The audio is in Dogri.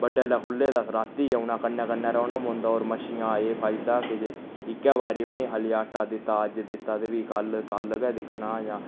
बड्डलै खुल्ले ते रातीं औना कन्नै कन्नै रौह्ना पौंदा होर मच्छियां दा एह् फायदा इक्कै बारी उ'नेंगी खाल्ली आटा दित्ता अज्ज दित्ता ते फ्ही कल कल गै दिक्खना जा